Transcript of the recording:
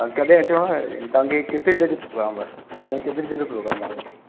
हा कॾहिं अचिणो आहे तव्हांखे केतिरी देरि जो प्रोग्राम आहे